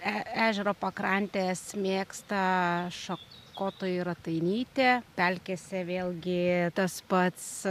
ežero pakrantes mėgsta šokotoji ratainytė pelkėse vėlgi tas pats